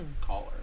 Caller